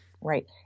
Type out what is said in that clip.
Right